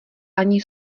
ani